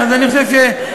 אז אני חושב שכדאי